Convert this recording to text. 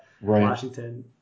Washington